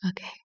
okay